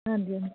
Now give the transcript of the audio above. ਹਾਂਜੀ